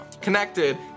connected